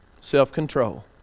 Self-control